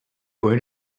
going